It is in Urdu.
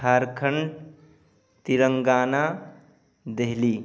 جھارکھن تلنگانہ دہلی